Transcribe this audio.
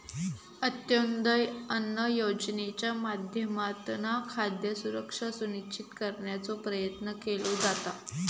अंत्योदय अन्न योजनेच्या माध्यमातना खाद्य सुरक्षा सुनिश्चित करण्याचो प्रयत्न केलो जाता